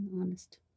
honest